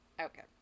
okay